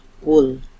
wool